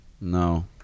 No